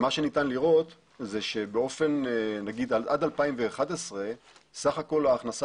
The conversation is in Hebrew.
מה שניתן לראות זה שעד 2011 סה"כ ההכנסה